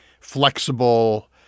flexible